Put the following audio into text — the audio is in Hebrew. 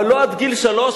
אבל לא עד גיל שלוש,